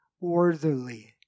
worthily